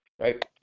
right